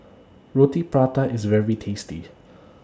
Roti Prata IS very tasty